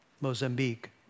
Mozambique